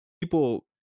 people